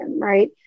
right